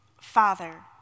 Father